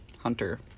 hunter